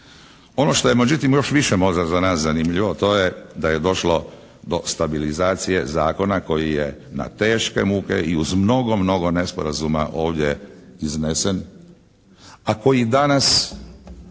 Ono što je međutim još više možda za nas zanimljivo to je da je došlo do stabilizacije zakona koji je na teške muke i uz mnogo, mnogo nesporazuma ovdje iznesen a koji danas